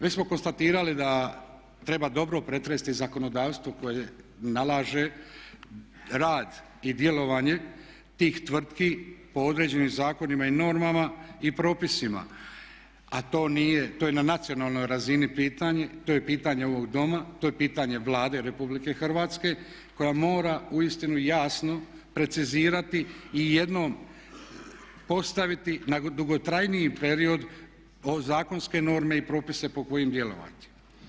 Već smo konstatirali da treba dobro pretresti zakonodavstvo koje nalaže rad i djelovanje tih tvrtki po određenim zakonima i normama i propisima, a to nije, to je na nacionalnoj razini pitanje, to je pitanje ovog doma, to je pitanje Vlade Republike Hrvatske koja mora uistinu jasno precizirati i jednom postaviti na dugotrajniji period zakonske norme i propise po kojim djelovati.